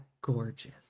Gorgeous